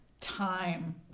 time